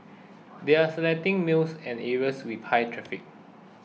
they are selecting malls and areas with high traffic